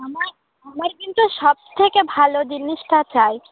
আমার আমার কিন্তু সব থেকে ভালো জিনিসটা চাই